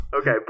Okay